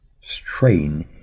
strain